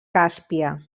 càspia